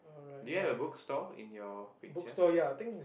do you have a bookstore in your picture